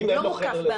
ואם הוא לא בחדר לבד?